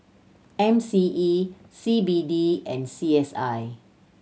M C E C B D and C S I